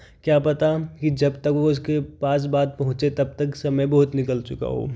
क्या पता कि जब तक वो उसके पास बात पहुँचे तब तक समय बहुत निकल चुका हो